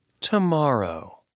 tomorrow